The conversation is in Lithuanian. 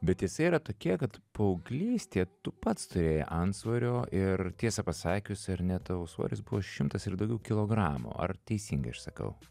bet tiesa yra tokia kad paauglystėje tu pats turėjai antsvorio ir tiesą pasakius ir net tavo svoris buvo šimtas ir daugiau kilogramų ar teisingai aš sakau